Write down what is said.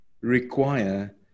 require